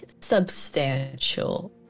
Substantial